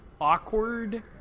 awkward